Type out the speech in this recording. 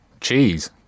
cheese